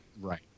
Right